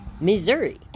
Missouri